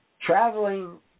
traveling